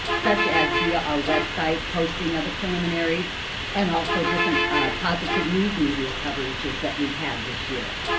such as via our website posting of the preliminaries and also different positive news media coverages that we've had this year.